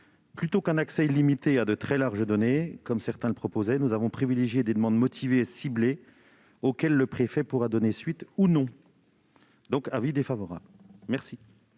Plutôt qu'un accès illimité à de très larges données, que certains proposaient, nous avons privilégié des demandes motivées et ciblées auxquelles le préfet pourra donner suite ou non. Aussi, la